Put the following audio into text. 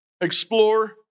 Explore